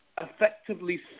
effectively